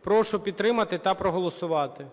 Прошу підтримати та проголосувати.